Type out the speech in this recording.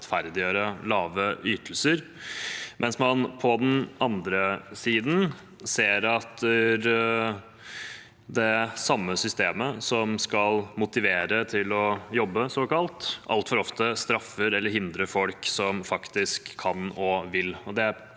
å rettferdiggjøre lave ytelser, mens man på den andre siden ser at det samme systemet som skal – såkalt – motivere til å jobbe, altfor ofte straffer, eller hindrer, folk som faktisk kan og vil.